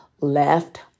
left